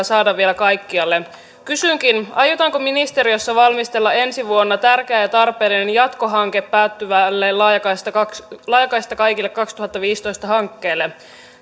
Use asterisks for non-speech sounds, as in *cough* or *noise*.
*unintelligible* saada vielä kaikkialle kysynkin aiotaanko ministeriössä valmistella ensi vuonna tärkeä ja tarpeellinen jatkohanke päättyvälle laajakaista kaikille kaksituhattaviisitoista hankkeelle